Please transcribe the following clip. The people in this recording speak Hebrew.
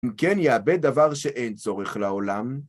אם כן, יאבד דבר שאין צורך לעולם.